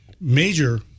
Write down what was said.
major